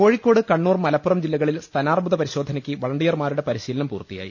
കോഴിക്കോട് കണ്ണൂർ മലപ്പുറം ജില്ലകളിൽ സ്തനാർബുദ പരിശോധനയ്ക്ക് വളണ്ടിയർമാരുടെ പരിശീലനം പൂർത്തിയായി